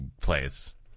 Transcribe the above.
place